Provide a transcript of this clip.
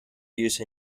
use